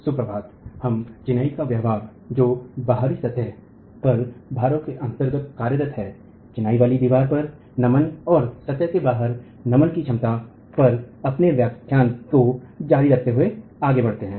सुप्रभात हम चिनाई का व्यवहार जो बाहरी सतह पर भारों के अंतर्गत कार्यरत है चिनाई वाली दीवारपर नमन और सतह के बाहर नमन की क्षमता पर अपने व्याख्यान को जारी रखते हुए आगे बढ़ते है